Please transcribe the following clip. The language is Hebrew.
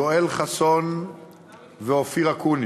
יואל חסון ואופיר אקוניס.